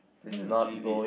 don't believe it